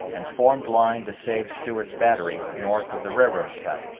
and formed line to save stewart's battery north of the railroad cut,